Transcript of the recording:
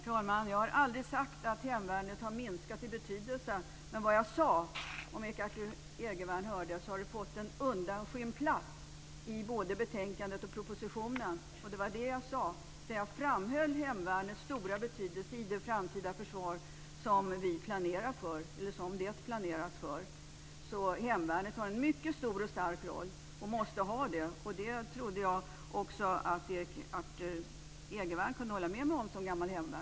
Herr talman! Jag har aldrig sagt att hemvärnet har minskat i betydelse. Vad jag sade är att det har fått en undanskymd plats i både betänkandet och propositionen. Det var det jag sade när jag framhöll hemvärnets stora betydelse i det framtida försvar som det planeras för. Hemvärnet har alltså en mycket stor och stark roll och måste ha det. Det trodde jag att också Erik Arthur Egervärn, som gammal hemvärnsman, kunde hålla med mig om.